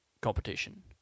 competition